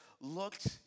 looked